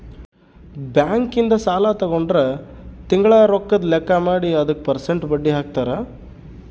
bank ಇಂದ ಸಾಲ ತಗೊಂಡ್ರ ತಿಂಗಳ ರೊಕ್ಕದ್ ಲೆಕ್ಕ ಮಾಡಿ ಅದುಕ ಪೆರ್ಸೆಂಟ್ ಬಡ್ಡಿ ಹಾಕ್ತರ